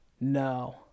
No